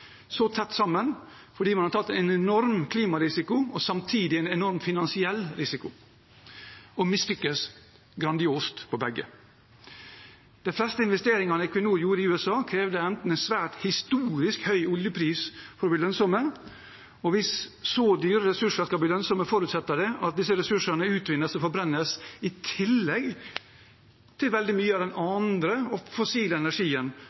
så tett sammen fordi man har tatt en enorm klimarisiko og samtidig en enorm finansiell risiko – og mislyktes grandiost med dem begge. De fleste investeringene Equinor gjorde i USA, krevde en historisk høy oljepris for å bli lønnsomme. Hvis så dyre ressurser skal bli lønnsomme, forutsetter det at disse ressursene utvinnes og forbrennes i tillegg til veldig mye av den andre fossile energien